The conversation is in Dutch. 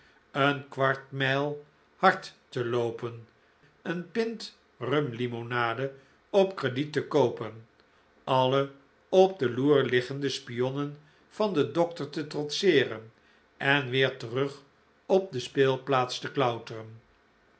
een kwart mijl hard te loopen een pint rum limonade op crediet te koopen alle op de loer liggende spionnen van den dokter te trotseeren en weer terug op de speelplaats te klauteren